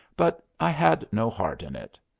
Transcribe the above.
but i had no heart in it.